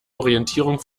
orientierung